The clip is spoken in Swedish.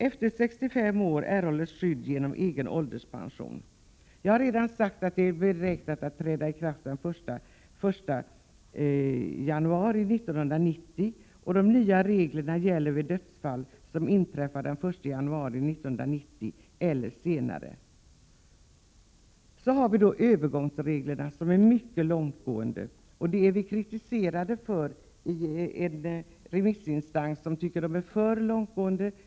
Jag har redan sagt att detta pensionssystem är beräknat att träda i kraft den 1 januari 1990. De nya reglerna gäller vid dödsfall som inträffar den 1 januari 1990 eller senare. Så har vi då övergångsreglerna, som är mycket långtgående. Detta har vi kritiserats för av en remissinstans, som anser att de är alltför långtgående.